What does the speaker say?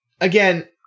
again